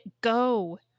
go